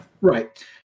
Right